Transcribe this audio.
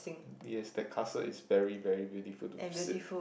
yes that castle is very very beautiful to visit